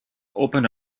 opened